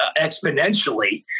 exponentially